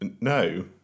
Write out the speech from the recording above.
No